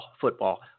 football